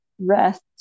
rest